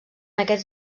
aquests